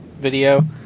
Video